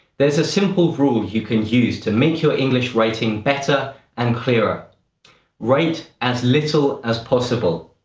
there's a simple rule you can use to make your english writing better and clearer write as little as possible.